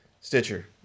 Stitcher